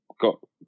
got